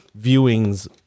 viewings